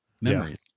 Memories